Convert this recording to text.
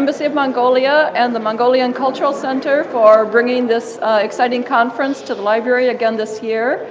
embassy of mongolia and the mongolian cultural center for bringing this exciting conference to the library again this year.